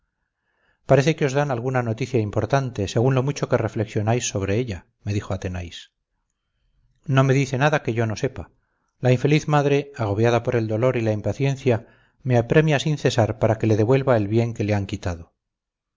parece que os dan alguna noticia importante según lo mucho que reflexionáis sobre ella me dijo athenais no me dice nada que yo no sepa la infeliz madre agobiada por el dolor y la impaciencia me apremia sin cesar para que le devuelva el bien que le han quitado